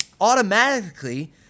automatically